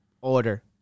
order